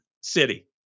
city